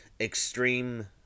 extreme